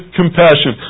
compassion